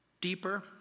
deeper